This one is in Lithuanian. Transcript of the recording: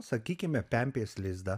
sakykime pempės lizdą